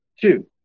Two